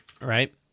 right